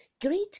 great